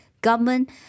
government